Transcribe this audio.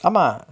ஆமா:aamaa